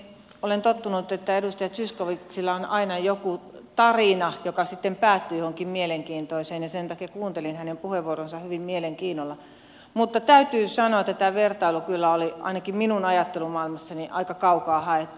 olen tottunut että edustaja zyskowiczilla on aina joku tarina joka sitten päättyy johonkin mielenkiintoiseen ja sen takia kuuntelin hänen puheenvuoronsa hyvin suurella mielenkiinnolla mutta täytyy sanoa että tämä vertailu kyllä oli ainakin minun ajattelumaailmassani aika kaukaa haettu